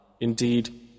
Indeed